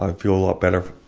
i'd feel a lot better,